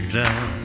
down